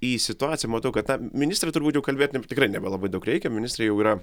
į situaciją matau kad na ministrei turbūt jau kalbėt tikrai nebelabai daug reikia ministrė jau yra